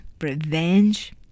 Revenge